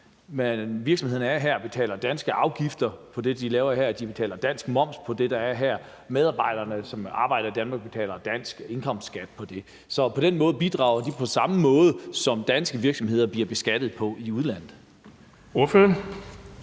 at virksomhederne er her og betaler danske afgifter af det, de laver her; de betaler dansk moms af det, der er her; medarbejderne, som arbejder i Danmark, betaler dansk indkomstskat. Så på den måde bidrager de på samme måde, som danske virksomheder bliver beskattet på i udlandet. Kl.